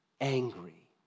angry